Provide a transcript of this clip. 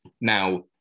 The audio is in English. Now